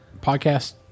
podcast